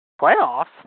Playoffs